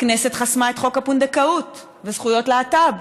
הכנסת חסמה את חוק הפונדקאות וזכויות להט"ב,